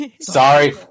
Sorry